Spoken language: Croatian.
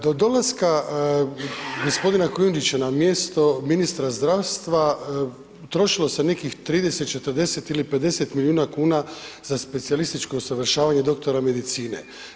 Do dolaska g. Kujundžića na mjesto ministra zdravstva utrošilo se nekih 30, 40 ili 50 milijuna kuna za specijalističko usavršavanje doktora medicine.